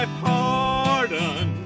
pardon